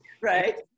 Right